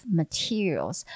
materials